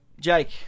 jake